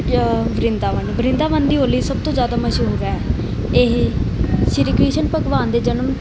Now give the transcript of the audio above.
ਵਰਿੰਦਾਵਨ ਵਰਿੰਦਾਵਨ ਦੀ ਹੋਲੀ ਸਭ ਤੋਂ ਜ਼ਿਆਦਾ ਮਸ਼ਹੂਰ ਹੈ ਇਹ ਸ਼੍ਰੀ ਕ੍ਰਿਸ਼ਨ ਭਗਵਾਨ ਦੇ ਜਨਮ